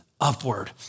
upward